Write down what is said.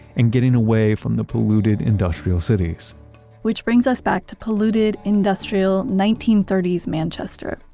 and getting away from the polluted industrial cities which brings us back to polluted, industrial nineteen thirty s manchester, ah